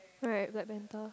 alright Black-Panther